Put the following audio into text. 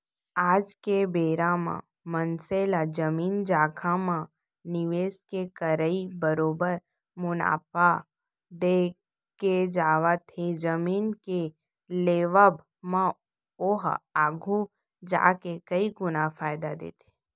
आज के बेरा म मनसे ला जमीन जघा म निवेस के करई बरोबर मुनाफा देके जावत हे जमीन के लेवब म ओहा आघु जाके कई गुना फायदा देथे